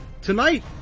Tonight